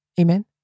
Amen